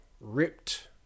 Ripped